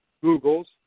Google's